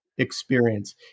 experience